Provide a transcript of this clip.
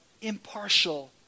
impartial